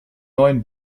neuen